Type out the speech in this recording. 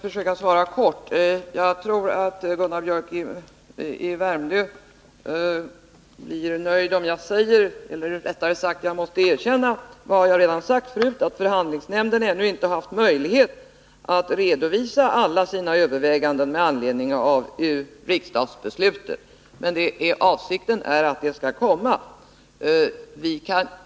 Herr talman! Jag skall försöka svara kort. Jag måste erkänna — det har jag redan sagt — att förhandlingnämnden ännu inte haft möjlighet att redovisa alla sina överväganden med anledning av riksdagsbeslutet. Men avsikten är att det skall ske.